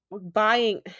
buying